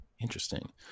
interesting